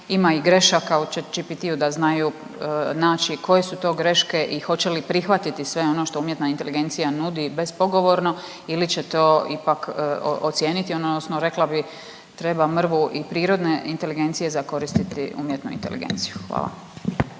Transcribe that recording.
ima i grešaka u Chat GPT-u da znaju naći koje su to greške i hoće li prihvatiti sve ono što umjetna inteligencija nudi bez pogovorno ili će to ipak ocijeniti odnosno rekla bi treba mrvu i prirodne inteligencije za koristiti umjetnu inteligenciju. Hvala.